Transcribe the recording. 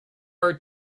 are